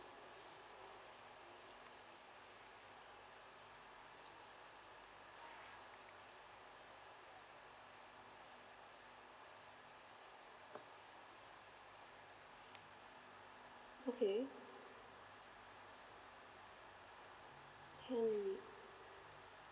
okay